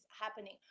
happening